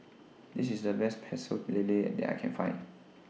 This IS The Best Pecel Lele that I Can Find